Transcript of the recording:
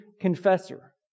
confessor